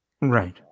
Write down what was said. Right